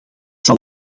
zal